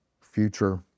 future